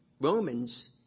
Romans